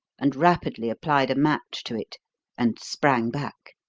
and rapidly applied a match to it and sprang back.